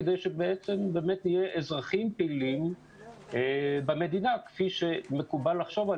כדי שבעצם נהיה אזרחים פעילים במדינה כפי שמקובל לחשוב על